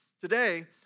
today